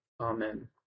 Amen